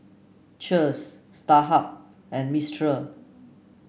Cheers Starhub and Mistral